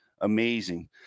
amazing